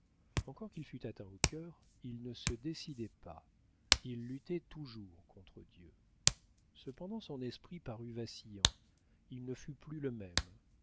encore qu'il fût atteint au cœur il ne se décidait pas il luttait toujours contre dieu cependant son esprit parut vacillant il ne fut plus le même